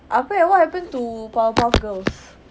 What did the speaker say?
apa ya what happened to powerpuff girls